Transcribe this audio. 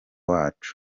wacu